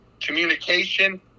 communication